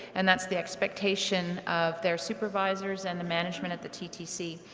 and that's the expectation of their supervisors and the management at the ttc.